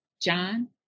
John